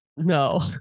No